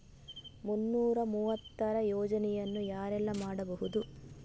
ಮುನ್ನೂರ ಮೂವತ್ತರ ಯೋಜನೆಯನ್ನು ಯಾರೆಲ್ಲ ಮಾಡಿಸಬಹುದು?